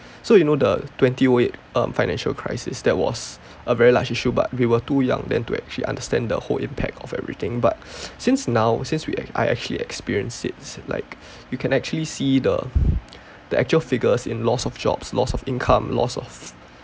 so you know the twenty O eight um financial crisis that was a very large issue but we were too young then to actually understand the whole impact of everything but since now since we I actually experience it this like you can actually see the the actual figures in loss of jobs loss of income loss of